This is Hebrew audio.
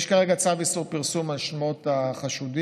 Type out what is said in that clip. יש כרגע צו איסור פרסום של שמות החשודים.